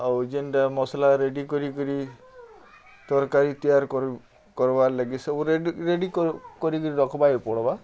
ଆଉ ଯେନ୍ଟା ମସଲା ରେଡ଼ି କରିକିରି ତର୍କାରୀ ତିଆର୍ କର୍ବାର୍ ଲାଗି ସବୁ ରେଡ଼ି ରେଡ଼ି କରିକିରି ରଖ୍ବାର୍କେ ପଡ଼୍ବା